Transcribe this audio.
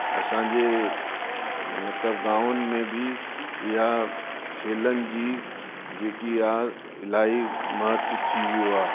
असांजे मतिलबु गांवनि में बि इहा खेलनि जी जेकी आहे इलाही महत्व थी वियो आहे